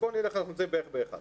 אנחנו נמצאים בערך ב-1.